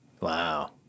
Wow